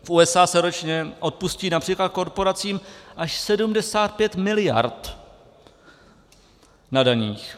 V USA se ročně odpustí například korporacím až 75 miliard na daních.